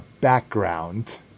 background